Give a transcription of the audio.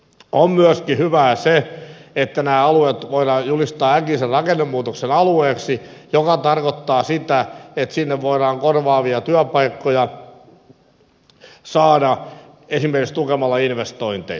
on myöskin hyvää se että nämä alueet voidaan julistaa äkillisen rakennemuutoksen alueeksi mikä tarkoittaa sitä että sinne voidaan korvaavia työpaikkoja saada esimerkiksi tukemalla investointeja